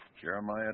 Jeremiah